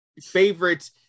favorite